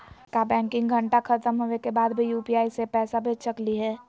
का बैंकिंग घंटा खत्म होवे के बाद भी यू.पी.आई से पैसा भेज सकली हे?